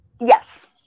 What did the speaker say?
Yes